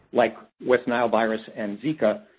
like west nile virus and zika.